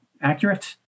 accurate